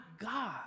God